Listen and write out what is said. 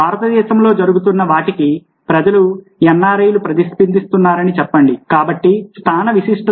భారతదేశంలో జరుగుతున్న వాటికి ప్రజలు ఎన్నారైలు ప్రతిస్పందిస్తారని చెప్పండి కాబట్టి స్థాన విశిష్టత